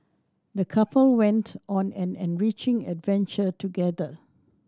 the couple went on an enriching adventure together